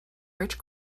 rich